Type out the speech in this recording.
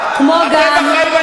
אתם שואלים את הציבור?